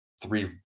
three